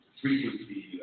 frequency